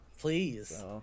please